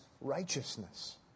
righteousness